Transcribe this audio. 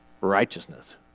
righteousness